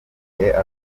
akuyemo